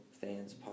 Fans